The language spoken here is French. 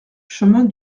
chemin